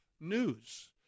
news